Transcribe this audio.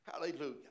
Hallelujah